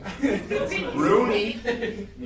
Rooney